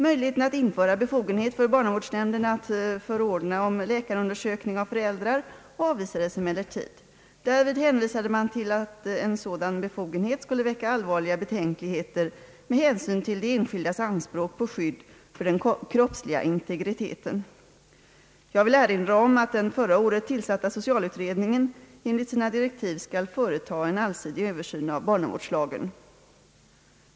Möjligheten att införa befogenhet för barnavårdsnämnderna att förordna om läkarundersökning av föräldrar avvisades emellertid. Därvid hänvisade man till att en sådan befogenhet skulle väcka allvarliga betänkligheter med hänsyn till de enskildas anspråk på skydd för den kroppsliga integriteten. Jag vill erinra om att den förra året tillsatta socialutredningen enligt sina direktiv skall företa en allsidig översyn av barnavårdslagen.